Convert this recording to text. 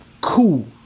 cool